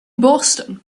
boston